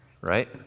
Right